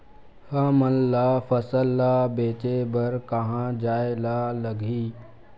हमन ला फसल ला बेचे बर कहां जाये ला लगही?